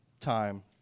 time